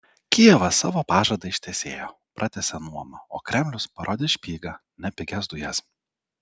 kijevas savo pažadą ištesėjo pratęsė nuomą o kremlius parodė špygą ne pigias dujas